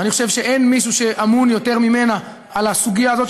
ואני חושב שאין מישהו שאמון יותר ממנה על הסוגיה הזאת,